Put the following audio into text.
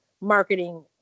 marketing